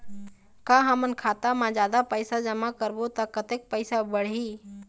का हमन खाता मा जादा पैसा जमा करबो ता कतेक पैसा बढ़ही?